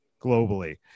globally